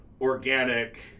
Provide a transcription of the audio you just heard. organic